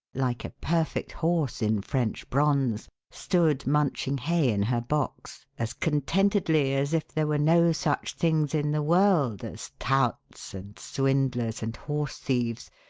like a perfect horse in french bronze, stood munching hay in her box as contentedly as if there were no such things in the world as touts and swindlers and horse thieves,